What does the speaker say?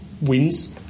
wins